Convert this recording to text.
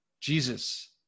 Jesus